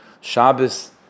Shabbos